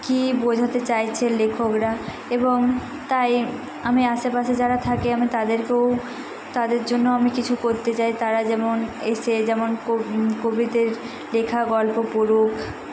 কী বোঝাতে চাইছে লেখকরা এবং তাই আমি আশেপাশে যারা থাকে আমি তাদেরকেও তাদের জন্য আমি কিছু করতে চাই তারা যেমন এসে যেমন কব কবিদের লেখা গল্প পড়ুক